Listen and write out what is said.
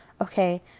Okay